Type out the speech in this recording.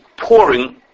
pouring